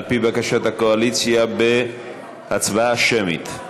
על פי בקשת הקואליציה, בהצבעה שמית.